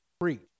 free